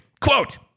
Quote